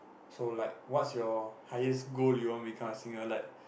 so like what's your highest goal you want become a singer like